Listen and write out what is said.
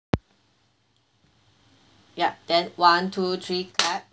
ya then one two three clap